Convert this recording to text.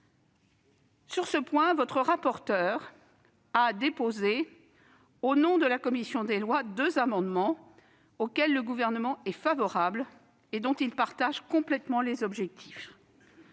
Sur ce point, votre rapporteur a déposé, au nom de la commission des lois, deux amendements auxquels le Gouvernement est favorable et dont il partage complètement les objectifs.